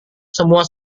semua